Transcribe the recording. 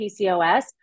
PCOS